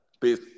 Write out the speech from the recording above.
Peace